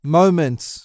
moments